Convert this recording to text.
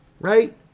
right